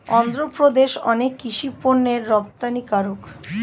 অন্ধ্রপ্রদেশ অনেক কৃষি পণ্যের রপ্তানিকারক